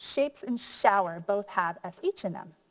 shapes and shower both have s h in them.